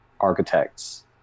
architects